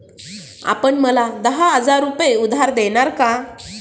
आपण मला दहा हजार रुपये उधार देणार का?